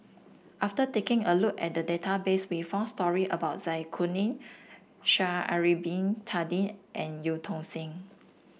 after taking a look at the database we found story about Zai Kuning Sha'ari Bin Tadin and Eu Tong Sen